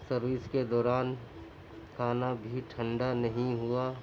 service کے دوران کھانا بھی ٹھنڈا نہیں ہوا